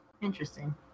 Interesting